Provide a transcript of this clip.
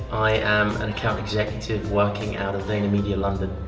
i am an account executive working out of vayner media london.